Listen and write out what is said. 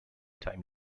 time